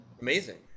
Amazing